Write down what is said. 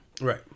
Right